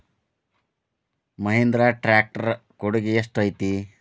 Mahindra tractor ಕೊಡುಗೆ ಎಷ್ಟು ಐತಿ?